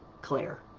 Claire